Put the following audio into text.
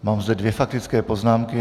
Mám zde dvě faktické poznámky.